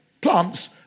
plants